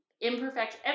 Imperfect